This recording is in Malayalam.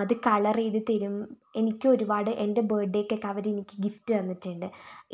അത് കളറ് ചെയ്ത് തരും എനിക്കും ഒരുപാട് എൻ്റെ ബർത്ത് ഡേയ്ക്കൊക്കെ അവർ എനിക്ക് ഗിഫ്റ്റ് തന്നിട്ടുണ്ട്